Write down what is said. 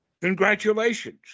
Congratulations